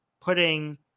putting